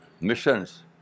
missions